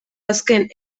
azken